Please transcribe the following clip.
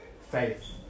faith